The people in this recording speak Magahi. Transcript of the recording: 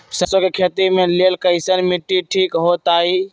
सरसों के खेती के लेल कईसन मिट्टी ठीक हो ताई?